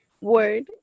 word